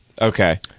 Okay